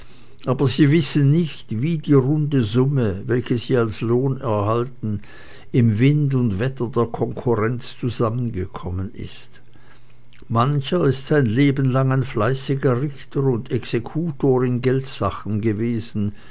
aber sie wissen nicht wie die runde summe welche sie als lohn erhalten im wind und wetter der konkurrenz zusammengekommen ist mancher ist sein leben lang ein fleißiger richter und exekutor in geldsachen gewesen